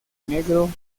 negro